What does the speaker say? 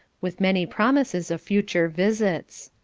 with many promises of future visits.